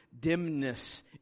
Dimness